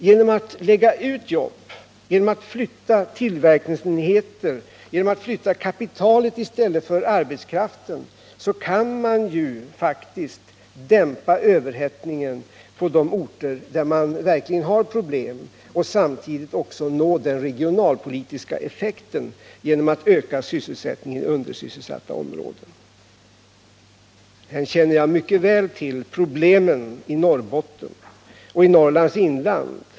Genom att lägga ut jobb, genom att flytta tillverkningsenheter, genom att flytta kapitalet i stället för att Nytta arbetskraften kan man faktiskt dämpa överhettningen på de orter där det verkligen är problem och samtidigt nå den önskade regionalpolitiska effekten genom att öka sysselsättningen i undersysselsatta områden. Jag känner mycket väl till problemen i Norrbotten och Norrlands inland.